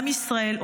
עם ישראל,